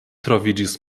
troviĝis